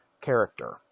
character